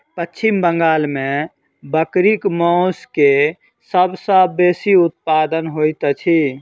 पश्चिम बंगाल में बकरीक मौस के सब सॅ बेसी उत्पादन होइत अछि